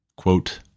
Quote